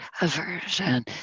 aversion